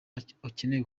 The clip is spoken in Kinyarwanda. akeneye